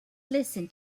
listen